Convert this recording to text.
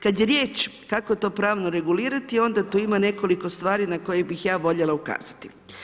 Kada je riječ kako to pravno regulirati, onda tu ima nekoliko stvari na koje bi ja voljela ukazati.